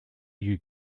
you